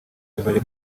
tuzajya